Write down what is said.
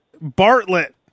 Bartlett